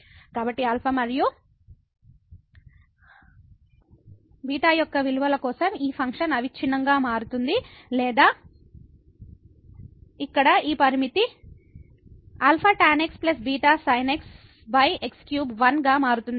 కాబట్టి α మరియు β యొక్క ఈ విలువల కోసం ఈ ఫంక్షన్ అవిచ్ఛిన్నంగా మారుతుంది లేదా మరొక విధంగా ఇక్కడ ఈ limit α tan x β sin x x3 1 గా మారుతుంది